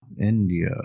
India